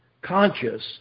conscious